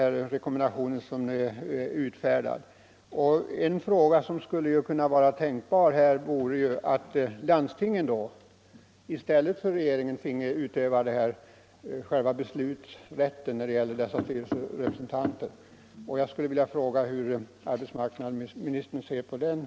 En tänkbar ordning vore, om man nu inte kan låta fackorganen själva utse sina talesmän, att landstingen i stället för regeringen finge utöva själva beslutsrätten när det gäller dessa styrelserepresentanter. Det skulle innebära en viss decentralisering, och jag skulle vilja fråga hur arbetsmarknadsministern ser på detta.